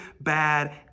bad